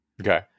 Okay